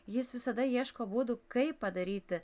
jis visada ieško būdų kaip padaryti